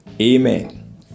Amen